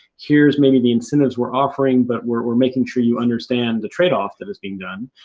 here's maybe the incentives we're offering, but we're making sure you understand the trade-off that is being done.